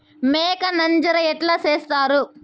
మేక నంజర ఎట్లా సేస్తారు?